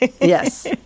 Yes